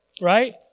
right